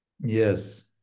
Yes